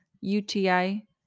UTI